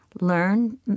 learn